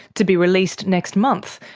to be released next month,